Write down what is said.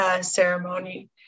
ceremony